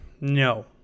No